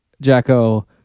Jacko